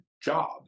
job